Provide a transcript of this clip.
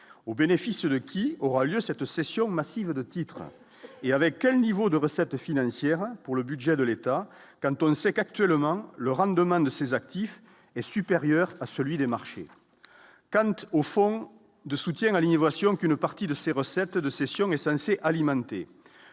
au bénéfice de qui aura lieu cette cession massive de titres et avec quel niveau de recettes financières pour le budget de l'État, quand on sait qu'actuellement, le rendement de ses actifs est supérieur à celui des marchés Kanoute au fonds de soutien à l'innovation qu'une partie de ses recettes de cession est censé alimenter